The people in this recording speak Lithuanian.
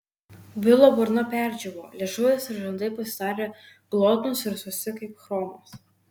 bilo burna perdžiūvo liežuvis ir žandai pasidarė glotnūs ir sausi kaip chromas